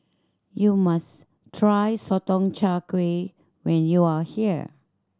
you must try Sotong Char Kway when you are here